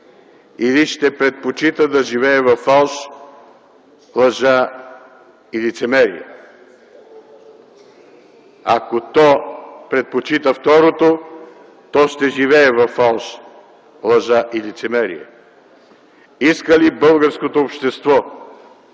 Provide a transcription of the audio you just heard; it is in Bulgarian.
Или ще предпочита да живее във фалш, лъжа и лицемерие. Ако то предпочита второто, то ще живее във фалш, лъжа и лицемерие. Иска ли българското общество